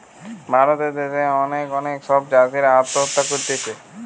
ভারত দ্যাশে অনেক অনেক সব চাষীরা আত্মহত্যা করতিছে